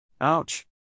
Ouch